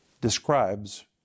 describes